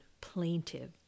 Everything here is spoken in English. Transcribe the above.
plaintive